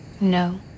No